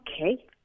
okay